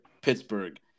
Pittsburgh